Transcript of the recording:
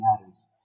matters